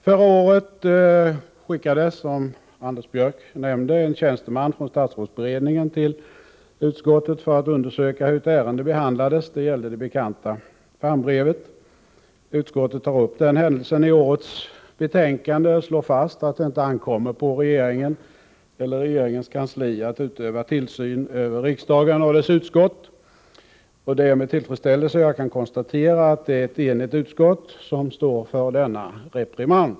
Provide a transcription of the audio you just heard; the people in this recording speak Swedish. Förra året skickades, som Anders Björck nämnde, en tjänsteman från statsrådsberedningen till utskottet för att undersöka hur ett ärende behandlades. Det gällde det bekanta Fermbrevet. Utskottet tar upp den händelsen i årets betänkande och slår fast att det inte ankommer på regeringen eller regeringens kansli att utöva tillsyn över riksdagen och dess utskott. Det är med tillfredsställelse jag kan konstatera att det är ett enigt utskott som står för denna reprimand.